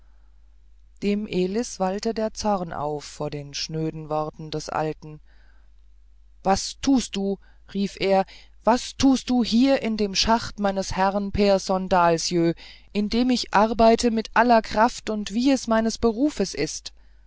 dem elis wallte der zorn auf vor den schnöden worten des alten was tust du rief er was tust du hier in dem schacht meines herrn pehrson dahlsjö in dem ich arbeite mit aller kraft und wie es meines berufs ist